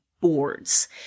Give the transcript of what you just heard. boards